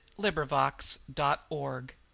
LibriVox.org